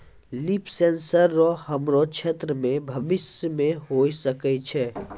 लिफ sensor रो हमरो क्षेत्र मे भविष्य मे होय सकै छै